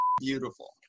beautiful